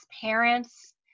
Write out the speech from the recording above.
parents